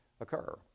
occur